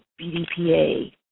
BDPA